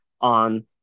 on